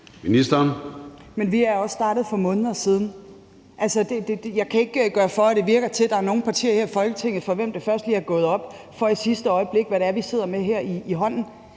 Men vi er også startet for måneder siden. Altså, jeg kan ikke gøre for, at det virker, som om der er nogle partier her i Folketinget, for hvem det først lige er gået op i sidste øjeblik, hvad det er, vi sidder med i hånden.